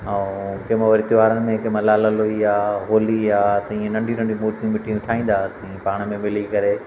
ऐं कंहिंमें वरी त्योहारनि में कंहिंमहिल वरी लाल लोई आहे होली आहे त इअं नंढियूं नंढियूं मूर्तियूं मिटीअ जूं ठाहींदा हुआसीं पाण में मिली करे